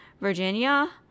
virginia